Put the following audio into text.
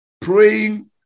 praying